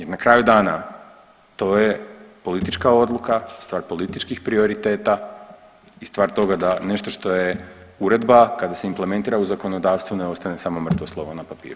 I na kraju dana to je politička odluka, stvar političkih prioriteta i stvar toga da nešto što je uredba, kada se implementira u zakonodavstvo ne ostane samo mrtvo slovo na papiru.